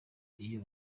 iyo